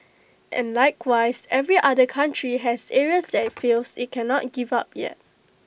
and likewise every other country has areas that IT feels IT cannot give up yet